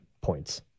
points